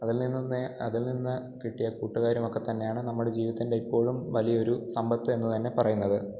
അതിൽ നിന്ന് അതിൽ നിന്നു കിട്ടിയ കൂട്ടുകാരും ഒക്കെ തന്നെയാണ് നമ്മുടെ ജീവിതത്തിൻ്റെ എപ്പോഴും വലിയൊരു സമ്പത്ത് എന്നു തന്നെ പറയുന്നത്